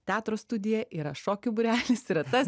teatro studija yra šokių būrelis yra tas